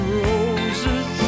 roses